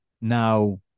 Now